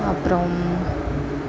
அப்புறம்